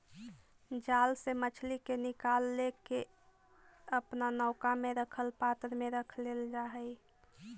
जाल से मछली के निकालके अपना नौका में रखल पात्र में रख लेल जा हई